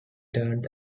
turned